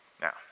Now